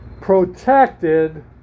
protected